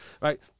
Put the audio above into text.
Right